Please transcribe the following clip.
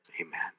Amen